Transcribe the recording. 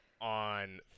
on